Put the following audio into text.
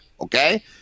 Okay